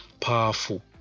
powerful